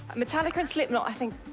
metallica and slipknot, i think.